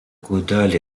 caudale